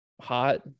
hot